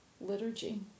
liturgy